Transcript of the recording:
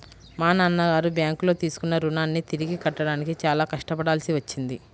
మా నాన్నగారు బ్యేంకులో తీసుకున్న రుణాన్ని తిరిగి కట్టడానికి చాలా కష్టపడాల్సి వచ్చింది